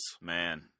man